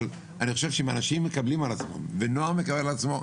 אבל אני חושב שאם אנשים מקבלים על עצמם ונוער מקבל על עצמו,